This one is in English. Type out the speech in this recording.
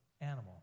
animal